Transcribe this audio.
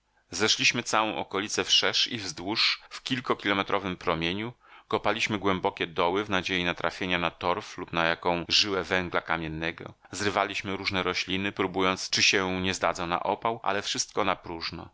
zeszliśmy całą okolicę wszerz i wzdłuż w kilkokilometrowym promieniu kopaliśmy głębokie doły w nadziei natrafienia na torf lub na jaką żyłę węgla kamiennego zrywaliśmy różne rośliny próbując czy się nie zdadzą na opał ale wszystko napróżno